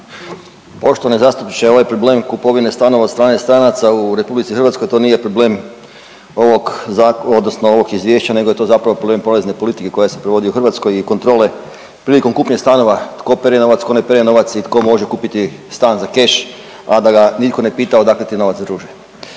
Poštovani zastupniče, ovaj problem kupovine stanova od strane stranaca u RH, to nije problem ovog .../nerazumljivo/... odnosno ovog Izvješća nego je to zapravo problem porezne politike koja se provodi u Hrvatskoj i kontrole prilikom kupnje stanova, tko pere novac, tko ne pere novac i tko može kupiti stan za keš, a da ga nitko ne pita odakle ti novac, druže.